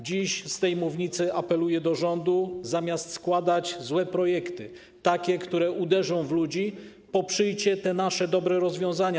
Dziś z tej mównicy apeluję do rządu: zamiast składać złe projekty, takie które uderzą w ludzi, poprzyjcie nasze, dobre rozwiązania.